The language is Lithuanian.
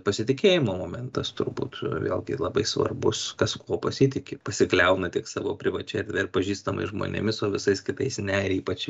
pasitikėjimo momentas turbūt vėlgi labai svarbus kas kuo pasitiki pasikliauna tik savo privačia erdve ir pažįstamais žmonėmis o visais kitais ne ir ypač